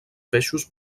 peixos